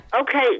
Okay